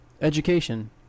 Education